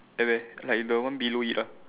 like the one below it ah